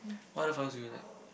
what other flowers do you like